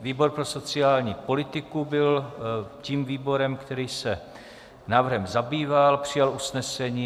Výbor pro sociální politiku byl tím výborem, který se návrhem zabýval a přijal usnesení.